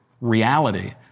reality